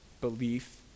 belief